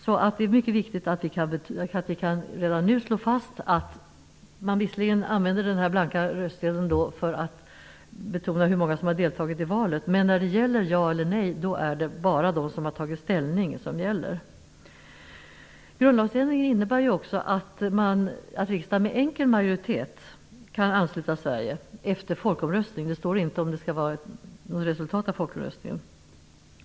Det är alltså mycket viktigt att vi redan nu kan slå fast att man visserligen använder den blanka röstsedeln för att få veta hur många som har deltagit, men när det gäller att svara ja eller nej, så räknas endast rösterna från dem som använt jaeller nej-sedlar. Grundlagsändringen innebär ju också att riksdagen med enkel majoritet kan ansluta Sverige efter folkomröstningen. Det står inte något om resultatet av folkomröstningen.